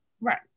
Right